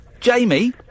Jamie